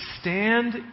stand